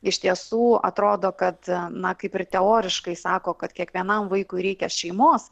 iš tiesų atrodo kad na kaip ir teoriškai sako kad kiekvienam vaikui reikia šeimos